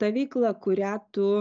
ta veikla kurią tu